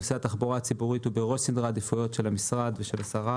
נושא התחבורה הציבורית הוא בראש סדר העדיפויות של המשרד ושל השרה.